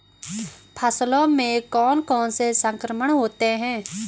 फसलों में कौन कौन से संक्रमण होते हैं?